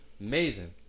amazing